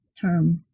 term